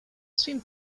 stream